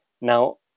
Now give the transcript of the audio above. Now